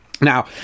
Now